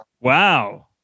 Wow